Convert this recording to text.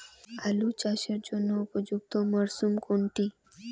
আলু চাষের জন্য উপযুক্ত মরশুম কোনটি?